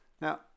Now